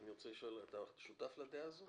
אתה שותף לדעה הזאת?